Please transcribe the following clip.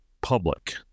public